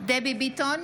דבי ביטון,